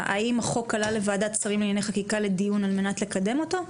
האם החוק עלה לוועדת שרים לענייני חקיקה לדיון על מנת לקדם אותו?